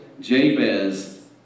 Jabez